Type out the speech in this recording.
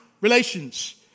relations